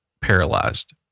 paralyzed